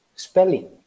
Spelling